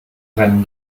rennen